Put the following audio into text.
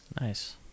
Nice